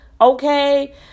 okay